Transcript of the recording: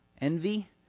Envy